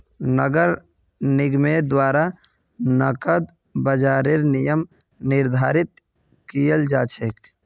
नगर निगमेर द्वारा नकद बाजारेर नियम निर्धारित कियाल जा छेक